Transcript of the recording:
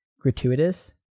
gratuitous